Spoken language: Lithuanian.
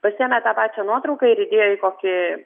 pasiėmė tą pačią nuotrauką ir įdėjo į kokį